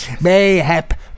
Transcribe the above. Mayhap